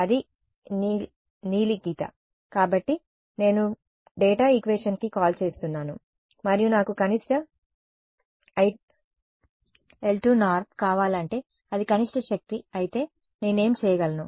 అది నీ నీలి గీత కాబట్టి నేను డేటా ఈక్వేషన్కి కాల్ చేస్తున్నాను మరియు నాకు కనిష్ట l2 నార్మ్ కావాలంటే అది కనిష్ట శక్తి అయితే నేనేం చేయగలను